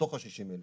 מתוך ה-60,000